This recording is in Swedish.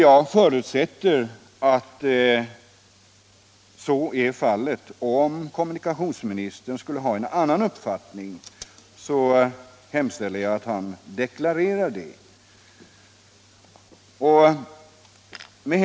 Jag förutsätter att min tolkning är riktig. Om kommunikationsministern har en annan mening hemställer jag att han redovisar den. Herr talman!